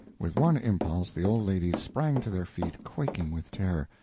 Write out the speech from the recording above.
with one impulse the old ladies sprang to their feet, quaking with terror.